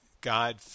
God